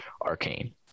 arcane